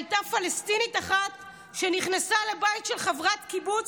הייתה פלסטינית אחת שנכנסה לבית של חברת קיבוץ